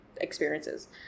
experiences